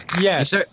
Yes